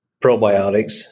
probiotics